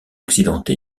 accidenté